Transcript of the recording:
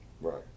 Right